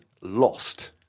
lost